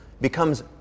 becomes